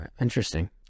interesting